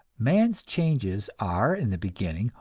man's changes are, in the beginning,